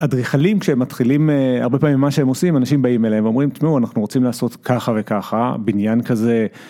אדריכלים כשהם מתחילים, הרבה פעמים מה שהם עושים, אנשים באים אליהם ואומרים, תשמעו אנחנו רוצים לעשות ככה וככה, בניין כזה.